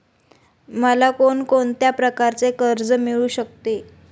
मला कोण कोणत्या प्रकारचे कर्ज मिळू शकते?